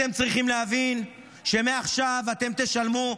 אתם צריכים להבין שמעכשיו אתם תשלמו.